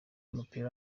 w’umupira